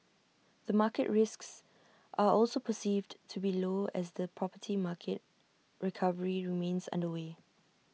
the market risks are also perceived to be low as the property market recovery remains underway